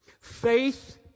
Faith